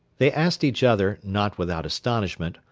they asked each other, not without astonishment,